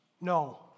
no